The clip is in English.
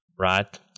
right